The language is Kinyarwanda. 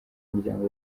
umuryango